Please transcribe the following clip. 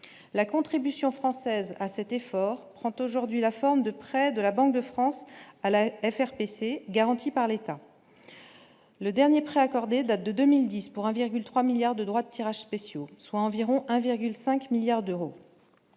la contribution française à cet effort prend aujourd'hui la forme de prêts de la Banque de France à la fr PC garanti par l'État, le dernier prêt accordé date de 2010 pour 1,3 milliard de droits de tirage spéciaux, soit environ 1,5 milliard d'euros,